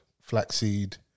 flaxseed